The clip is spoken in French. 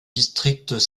district